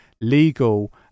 legal